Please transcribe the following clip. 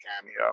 cameo